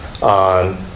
on